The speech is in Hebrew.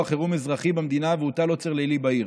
חירום אזרחי במדינה והוטל עוצר לילי בעיר.